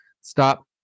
Stop